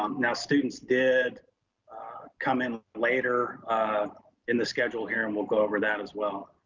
um now students did come in later in the schedule here and we'll go over that as well.